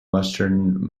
western